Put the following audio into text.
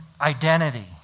identity